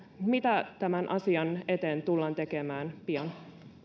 mitä tämän asian eteen tullaan tekemään pian